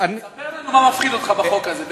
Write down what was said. ספר לנו מה מפחיד אותך בחוק הזה.